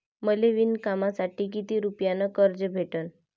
मले विणकामासाठी किती रुपयानं कर्ज भेटन?